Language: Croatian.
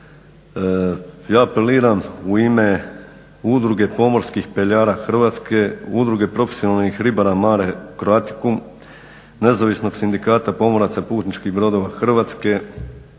Ja apeliram u ime Udruge pomorskih peljara, Udruge profesionalnih ribara Mare Croaticum, nezavisnog sindikata pomoraca, putničkih brodova Hrvatske,